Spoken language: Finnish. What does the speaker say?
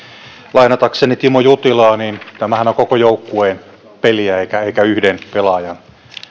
lainatakseni timo jutilaa tämähän on koko joukkueen peliä eikä yhden pelaajan